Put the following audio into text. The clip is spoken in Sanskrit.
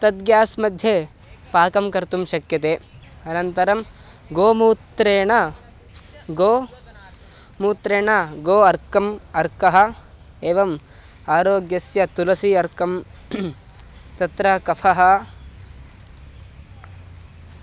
तद्ग्यास्मध्ये पाकः कर्तुं शक्यते अनन्तरं गोमूत्रेण गोमूत्रेण गो अर्कम् अर्कः एवम् आरोग्यस्य तुलसी अर्कं तत्र कफः